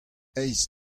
eizh